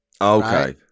Okay